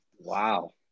wow